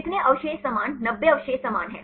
कितने अवशेष समान 90 अवशेष समान हैं